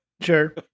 Sure